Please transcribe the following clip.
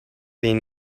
been